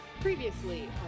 Previously